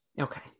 okay